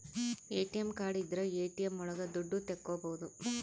ATM card ಇದ್ರ ATM ಒಳಗ ದುಡ್ಡು ತಕ್ಕೋಬೋದು